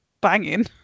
banging